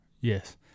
Yes